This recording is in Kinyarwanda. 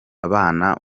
abana